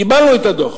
קיבלנו את הדוח.